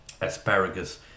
asparagus